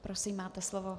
Prosím, máte slovo.